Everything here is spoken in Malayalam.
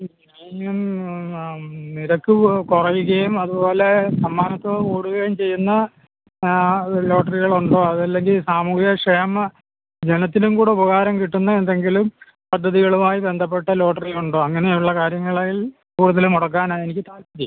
നിരക്ക് കുറയുകയും അതുപോലെ സമ്മാനത്തുക കൂടുകയും ചെയ്യുന്ന ആ ലോട്ടറികളുണ്ടോ അതല്ലെങ്കിൽ സാമൂഹിക ക്ഷേമ ജനത്തിനും കൂടി ഉപകാരം കിട്ടുന്ന എന്തെങ്കിലും പദ്ധതികളുവായി ബന്ധപ്പെട്ട ലോട്ടറിയുണ്ടോ അങ്ങനെയുള്ള കാര്യങ്ങളിൽ കൂടുതൽ മുടക്കാനാണ് എനിക്ക് താൽപ്പര്യം